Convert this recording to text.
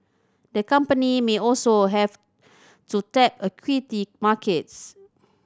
the company may also have to tap equity markets